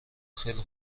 خیلی